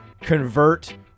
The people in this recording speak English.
convert